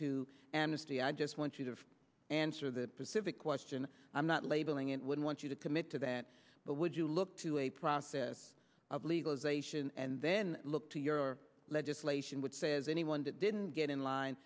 amnesty i just want you to answer the specific question i'm not labeling it would want you to commit to that but would you look to a process of legalization and then look to your legislation would say as anyone that didn't get in line